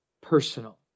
personal